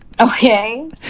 Okay